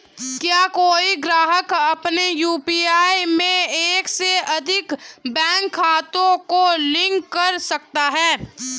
क्या कोई ग्राहक अपने यू.पी.आई में एक से अधिक बैंक खातों को लिंक कर सकता है?